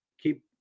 keep